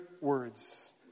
words